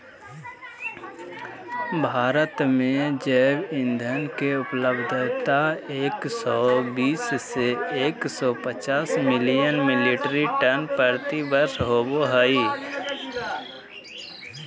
भारत में जैव ईंधन के उपलब्धता एक सौ बीस से एक सौ पचास मिलियन मिट्रिक टन प्रति वर्ष होबो हई